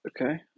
Okay